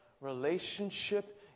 relationship